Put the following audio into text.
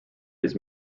his